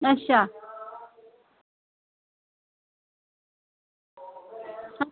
अच्छा